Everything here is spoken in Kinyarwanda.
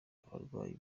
abarwayi